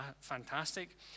fantastic